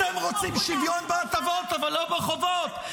אתם רוצים שווין בהטבות אבל לא בחובות.